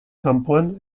kanpoan